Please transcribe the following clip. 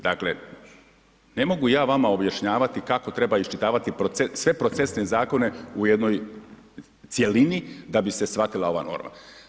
Dakle, ne mogu ja vama objašnjavati kako treba iščitavati sve procesne zakone u jednoj cjelini da bi se shvatila ova norma.